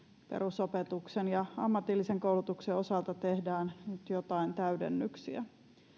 perusopetuksen ja ammatillisen koulutuksen osalta tehdään nyt jotain täydennyksiä